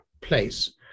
place